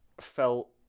felt